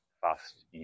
fast